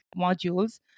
modules